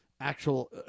actual